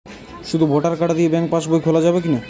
শুধু voter card দিয়ে bank pass বই খোলা যাবে কিনা?